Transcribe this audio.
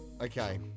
Okay